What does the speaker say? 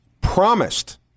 promised